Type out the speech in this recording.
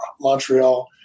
Montreal